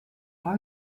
are